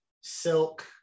Silk